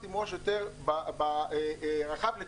זה לא הדיון היום.